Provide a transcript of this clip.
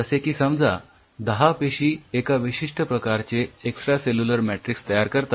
जसे की समजा १० पेशी एका विशिष्ठ प्रकारचे एक्सट्रासेल्युलर मॅट्रिक्स तयार करतात